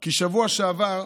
כי בשבוע שעבר,